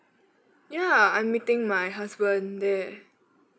ya I'm meeting my husband there